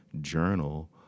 Journal